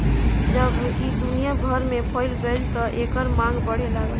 जब ई दुनिया भर में फइल गईल त एकर मांग बढ़े लागल